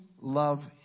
love